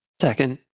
Second